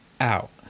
out